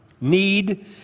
need